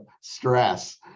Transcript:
stress